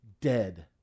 dead